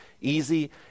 easy